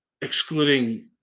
Excluding